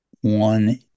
one